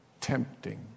Tempting